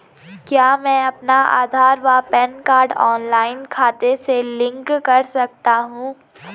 क्या मैं अपना आधार व पैन कार्ड ऑनलाइन खाते से लिंक कर सकता हूँ?